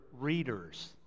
readers